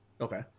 Okay